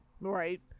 right